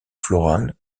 floral